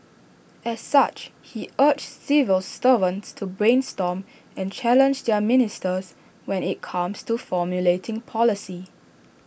as such he urged civil servants to brainstorm and challenge their ministers when IT comes to formulating policy